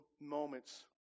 moments